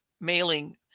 mailing